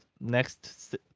next